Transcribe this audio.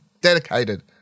dedicated